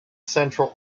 central